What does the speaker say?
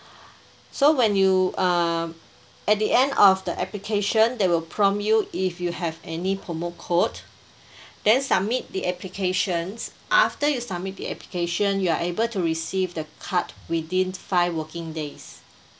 so when you um at the end of the application they will prompt you if you have any promo code then submit the applications after you submit the application you are able to receive the card within five working days